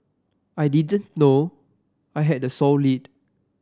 I didn't know I had the sole lead